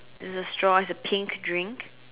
it's a straw it's a pink drink